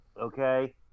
okay